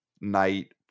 night